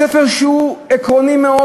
ספר שהוא עקרוני מאוד,